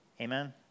Amen